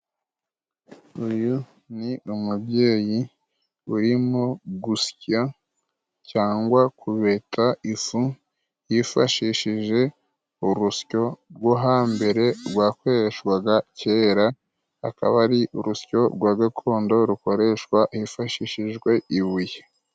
Uyu ni umubyeyi uririmo gusya cyangwa kubeta ifu yifashishije urusyo rwo hambere rwakoreshwaga kera akaba ari urusyo rwa gakondo rukoreshwa hifashishijwe ibuye.